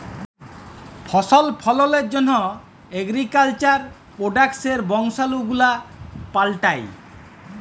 ফসল ফললের জন্হ এগ্রিকালচার প্রডাক্টসের বংশালু গুলা পাল্টাই